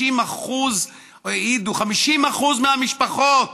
50% מהמשפחות